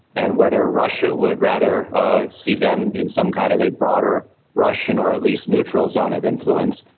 and whether russia would rather see them in some kind of a broader russian or at least neutral zone of influence,